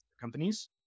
companies